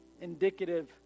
indicative